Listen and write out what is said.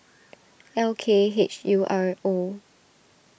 L K H U R O